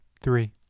Three